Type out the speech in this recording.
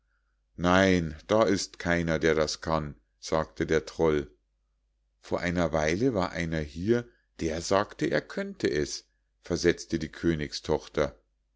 nein da ist keiner der das kann sagte der troll vor einer weile war einer hier der sagte er könnte es versetzte die königstochter